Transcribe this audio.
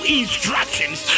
instructions